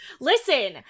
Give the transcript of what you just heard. Listen